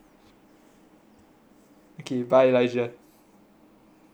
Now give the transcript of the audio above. ok bye elijah